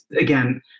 again